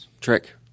trick